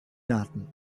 daten